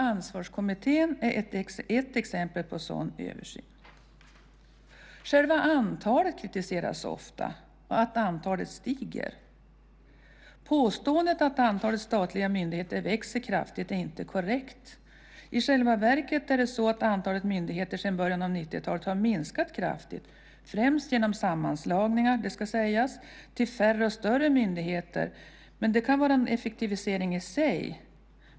Ansvarskommittén är ett exempel på sådan översyn. Själva antalet myndigheter kritiseras ofta, att antalet stiger. Påståendet att antalet statliga myndigheter växer kraftigt är inte korrekt. I själva verket är det så att antalet myndigheter sedan början av 90-talet har minskat kraftigt, främst genom sammanslagningar, det ska sägas, till färre och större myndigheter. Men det kan vara en effektivisering i sig.